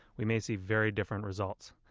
we may see very different results.